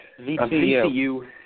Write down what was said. VCU